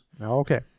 Okay